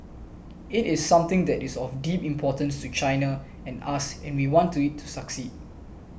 it is something that is of deep importance to China and us and we want it to succeed